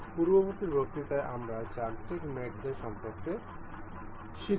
পরবর্তী বক্তৃতায় আমরা যান্ত্রিক মেটদের সম্পর্কে শিখব